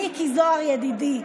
מיקי זוהר ידידי,